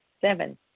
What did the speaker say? Seven